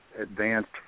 advanced